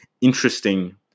interesting